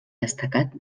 destacat